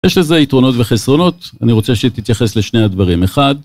יש לזה יתרונות וחסרונות, אני רוצה שהיא תתייחס לשני הדברים. אחד...